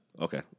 Okay